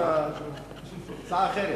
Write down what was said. הצעה אחרת.